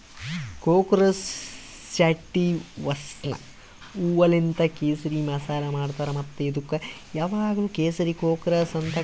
crocus ಸ್ಯಾಟಿವಸ್ನ ಹೂವೂಲಿಂತ್ ಕೇಸರಿ ಮಸಾಲೆ ಮಾಡ್ತಾರ್ ಮತ್ತ ಇದುಕ್ ಯಾವಾಗ್ಲೂ ಕೇಸರಿ ಕ್ರೋಕಸ್ ಅಂತ್ ಕರಿತಾರ್